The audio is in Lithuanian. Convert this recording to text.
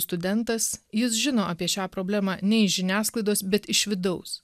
studentas jis žino apie šią problemą ne iš žiniasklaidos bet iš vidaus